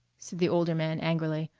said the older man angrily.